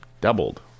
Doubled